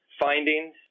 findings